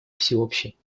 всеобщей